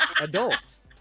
adults